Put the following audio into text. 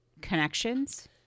connections